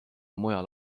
mujal